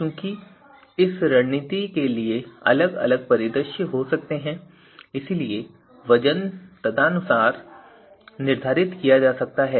चूंकि इस रणनीति के लिए अलग अलग परिदृश्य हो सकते हैं इसलिए वजन तदनुसार निर्धारित किया जा सकता है